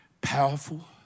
powerful